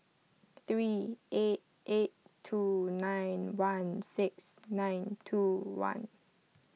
three eight eight two nine one six nine two one